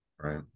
right